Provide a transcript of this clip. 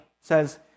says